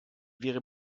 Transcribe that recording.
wäre